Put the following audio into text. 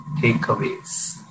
takeaways